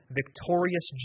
victorious